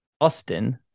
Austin